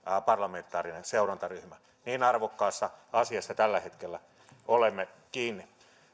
parlamentaarinen seurantaryhmä niin arvokkaassa asiassa tällä hetkellä olemme kiinni